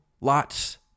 lots